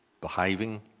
behaving